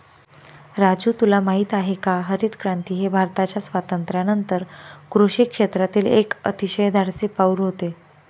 राजू तुला माहित आहे का हरितक्रांती हे भारताच्या स्वातंत्र्यानंतर कृषी क्षेत्रातील एक अतिशय धाडसी पाऊल होते